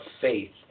faith